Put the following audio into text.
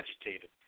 agitated